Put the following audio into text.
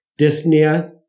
dyspnea